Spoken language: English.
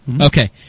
Okay